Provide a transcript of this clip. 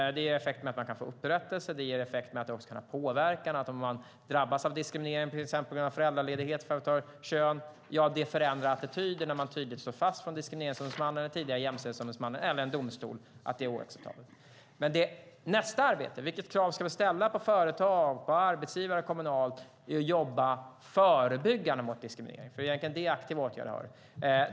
Det ger effekten att man kan få upprättelse. Det ger effekten att det också kan påverka. Om man drabbas av diskriminering på grund av kön till exempel med anledning av föräldraledighet förändrar det attityderna när man tydligt slår fast från Diskrimineringsombudsmannen, tidigare Jämställdhetsombudsmannen, och även domstol att det är oacceptabelt. Vilket krav ska vi i nästa arbete ställa på företag, på arbetsgivare privat och kommunalt så att de jobbar förebyggande mot diskriminering? Det är egentligen de aktiva åtgärder vi har.